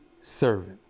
servant